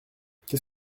qu’est